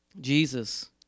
Jesus